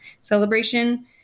celebration